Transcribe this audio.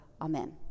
Amen